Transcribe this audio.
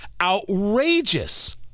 outrageous